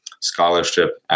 scholarship